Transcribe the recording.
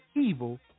evil